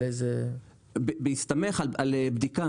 בהסתמך על בדיקה,